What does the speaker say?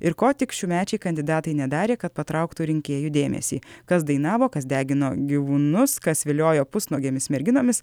ir ko tik šiųmečiai kandidatai nedarė kad patrauktų rinkėjų dėmesį kas dainavo kas degino gyvūnus kas vilioja pusnuogėmis merginomis